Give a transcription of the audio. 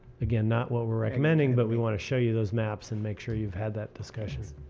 again, not what we are recommending but we want to show you those maps and make sure you have had that discussion.